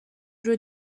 روی